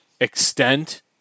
extent